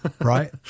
right